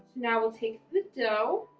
now we'll take the dough